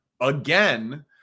again